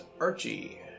Archie